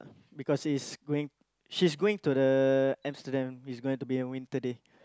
because is going she's going to the Amsterdam it's going to be a winter day